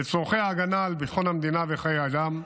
לצורכי ההגנה על ביטחון המדינה וחיי אדם.